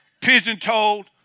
pigeon-toed